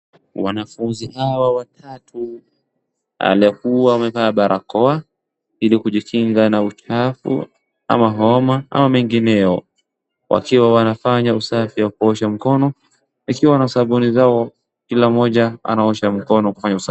Wanafunzi hawa watatu walikua wamevaa barakoa hili kujikinga na uchafu ama homa ama mengineo. Wakiwa wanafanya usafi wa kuosha mkono. Wakiwa na sabuni zao kila mmoja anaosha mkono kwa hiyo sabuni.